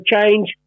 change